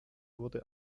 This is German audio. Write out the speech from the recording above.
wurde